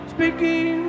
Speaking